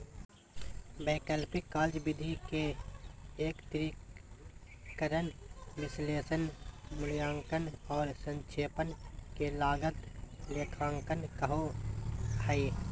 वैकल्पिक कार्यविधि के एकत्रीकरण, विश्लेषण, मूल्यांकन औरो संक्षेपण के लागत लेखांकन कहो हइ